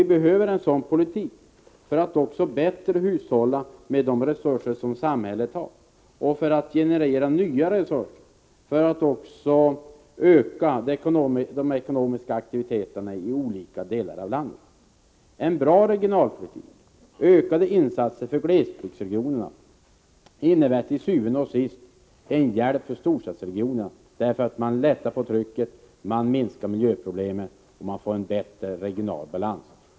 Vi behöver en sådan politik för att också bättre hushålla med de resurser som samhället har och för att generera nya resurser och öka de ekonomiska aktiviteterna i de olika delarna av landet. En bra regionalpolitik, ökade insatser för glesbygdsregionerna, innebär til syvende og sidst en hjälp till storstadsregionerna därigenom att man lättar på trycket, man minskar miljöproblemen och får en bättre regional balans.